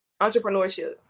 Entrepreneurship